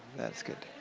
that's good.